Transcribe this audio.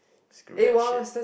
screw that shit